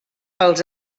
pels